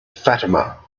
fatima